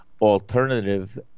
alternative